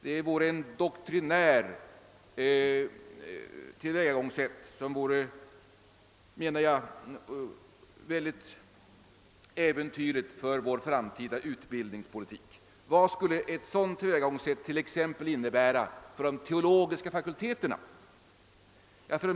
Det vore ett doktrinärt tillvägagångssätt, som jag tror vore mycket äventyrligt för vår framtida utbildningspolitik. Vad skulle ett sådant tillvägagångssätt innebära t.ex. för de teologiska fakulteterna?